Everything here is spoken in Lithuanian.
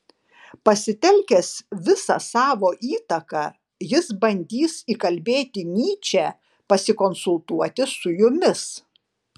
pasitelkęs visą savo įtaką jis bandys įkalbėti nyčę pasikonsultuoti su jumis